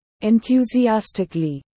enthusiastically